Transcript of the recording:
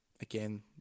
again